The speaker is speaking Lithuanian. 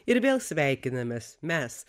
ir vėl sveikinamės mes